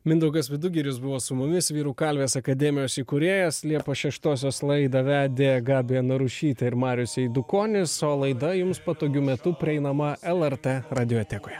mindaugas vidugiris buvo su mumis vyrų kalvės akademijos įkūrėjas liepos šeštosios laidą vedė gabija narušytė ir marius eidukonis o laida jums patogiu metu prieinama lrt radiotekoje